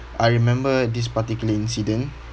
I remember this particular incident